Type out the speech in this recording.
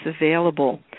available